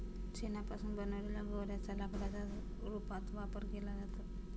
शेणापासून बनवलेल्या गौर्यांच्या लाकडाच्या रूपात वापर केला जातो